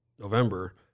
November